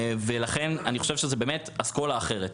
לכן אני חושב שזו באמת אסכולה אחרת.